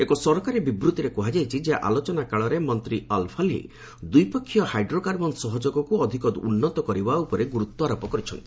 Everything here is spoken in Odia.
ଏକ ସରକାରୀ ବିବୃତ୍ତିରେ କୁହାଯାଇଛି ଯେ ଆଲୋଚନା କାଳରେ ମନ୍ତ୍ରୀ ଅଲ୍ ଫଲିହ ଦ୍ୱିପାକ୍ଷିୟ ହାଇଡ୍ରୋ କାର୍ବନ ସହଯୋଗକୁ ଅଧିକ ଉନ୍ନତ କରିବା ଉପରେ ଗୁରୁତ୍ୱାରୋପ କରିଛନ୍ତି